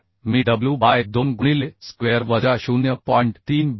तर मी w by 2 गुणिले स्क्वेअर वजा 0